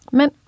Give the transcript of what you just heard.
Men